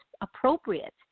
appropriate